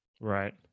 Right